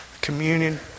communion